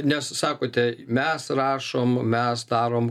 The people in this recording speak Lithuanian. nes sakote mes rašom mes darom